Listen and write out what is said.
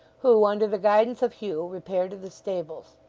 who, under the guidance of hugh, repaired to the stables.